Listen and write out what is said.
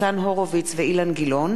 זאב אלקין ואריה ביבי,